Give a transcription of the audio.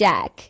Jack